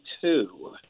two